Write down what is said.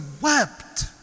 wept